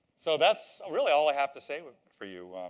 so that's really all i have to say for you.